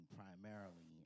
primarily